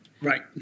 Right